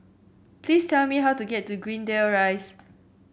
please tell me how to get to Greendale Rise